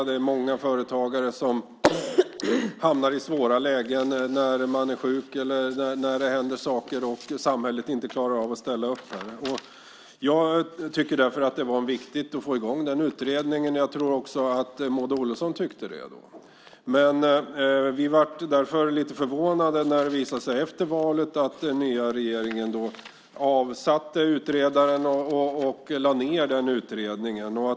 Det är många företagare som hamnar i svåra lägen när man är sjuk eller när det händer saker och samhället inte klarar av att ställa upp. Jag tycker därför att det var viktigt att få i gång den utredningen. Jag tror att också Maud Olofsson tyckte det. Vi var därför lite förvånade när det visade sig efter valet att den nya regeringen avsatte utredaren och lade ned den utredningen.